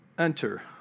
enter